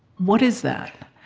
what is that?